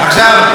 יש גם במרוקאית?